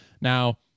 Now